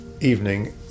evening